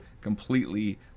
completely